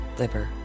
liver